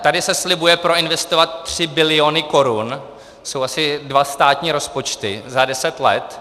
Tady se slibuje proinvestovat 3 biliony korun, to jsou asi dva státní rozpočty, za deset let.